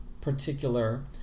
particular